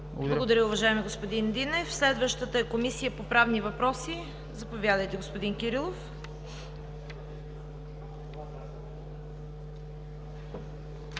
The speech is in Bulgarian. Благодаря, уважаеми господин Динев. Следващата е Комисията по правни въпроси. Заповядайте, господин Кирилов.